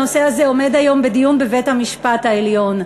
הנושא הזה עומד היום בדיון בבית-המשפט העליון.